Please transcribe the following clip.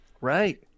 Right